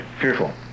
fearful